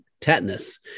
tetanus